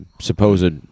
supposed